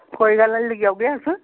कोई गल्ल नी लेई औगे अस